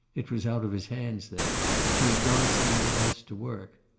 it was out of his hands, then she had gone somewhere else to work.